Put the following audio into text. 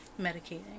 medicating